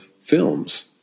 films